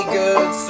good